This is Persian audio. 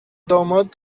داماد